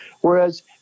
Whereas